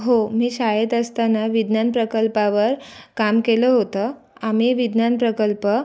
हो मी शाळेत असताना विज्ञान प्रकल्पावर काम केलं होतं आम्ही विज्ञान प्रकल्प